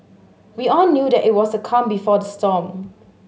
we all knew that it was a calm before the storm